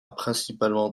principalement